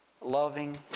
loving